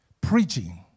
preaching